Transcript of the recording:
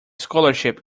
scholarship